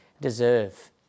deserve